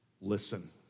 listen